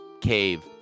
...cave